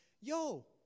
yo